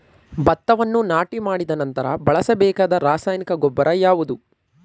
ಭತ್ತವನ್ನು ನಾಟಿ ಮಾಡಿದ ನಂತರ ಬಳಸಬೇಕಾದ ರಾಸಾಯನಿಕ ಗೊಬ್ಬರ ಯಾವುದು?